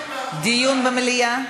דיון במליאה?